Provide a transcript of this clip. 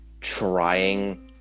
trying